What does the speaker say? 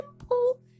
simple